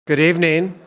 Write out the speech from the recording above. good evening!